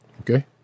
okay